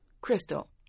Crystal